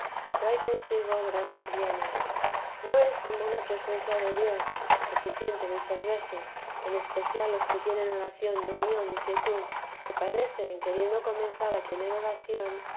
trae consigo grandes bienes no es como una presencia de dios que se siente muchas veces en especial los que tienen oración de unión y quietud que parece en queriendo comenzar a tener oración